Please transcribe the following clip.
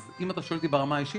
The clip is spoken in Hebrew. אז אם אתה שואל אותי ברמה האישית?